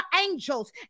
angels